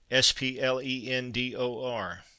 SPLENDOR